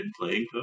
playing